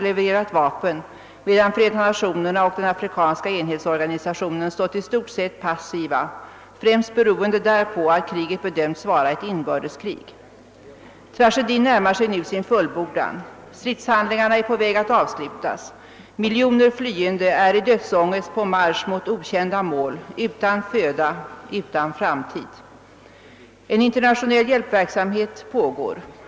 Många av de förutsättningar som angavs i 1967 års proposition har helt förändrats eller föreligger över huvud taget inte längre. Bland annat har betydande räntehöjningar skett medan byggnadskostnaderna i förhållande till tidigare i stort legat fast.